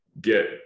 get